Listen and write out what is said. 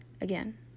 again